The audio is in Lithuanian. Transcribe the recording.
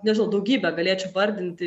nežinau daugybę galėčiau vardinti